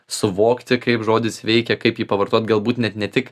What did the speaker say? suvokti kaip žodis veikia kaip jį pavartot galbūt net ne tik